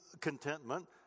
contentment